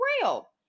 real